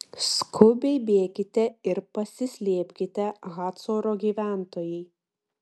skubiai bėkite ir pasislėpkite hacoro gyventojai